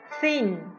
Thin